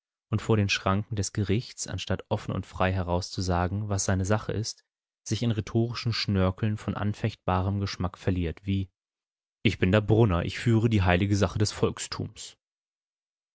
und vor den schranken des gerichts anstatt offen und frei herauszusagen was seine sache ist sich in rhetorischen schnörkeln von anfechtbarem geschmack verliert wie ich bin der brunner ich führe die heilige sache des volkstums